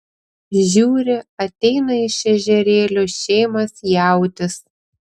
žiūri ateina iš ežerėlio šėmas jautis